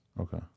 Okay